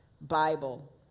Bible